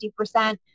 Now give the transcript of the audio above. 50%